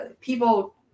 people